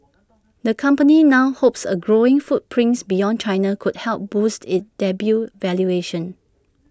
the company now hopes A growing footprint beyond China could help boost IT debut valuation